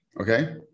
okay